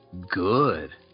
Good